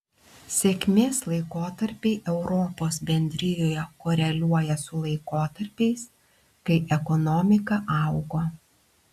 sėkmės laikotarpiai europos bendrijoje koreliuoja su laikotarpiais kai ekonomika augo